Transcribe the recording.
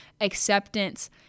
acceptance